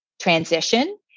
transition